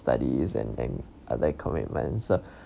studies and and other commitments so